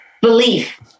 belief